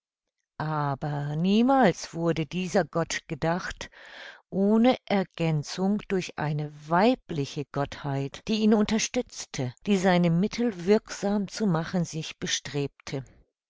aber niemals wurde dieser gott gedacht ohne ergänzung durch eine weibliche gottheit die ihn unterstützte die seine mittel wirksam zu machen sich bestrebte